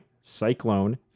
Cyclone